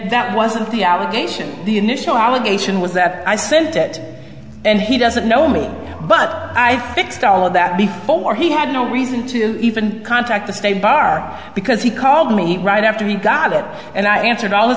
that wasn't the allegation the initial allegation was that i sent it and he doesn't know me but i fixed all of that before he had no reason to even contact the state bar because he called me right after he got it and i answered all th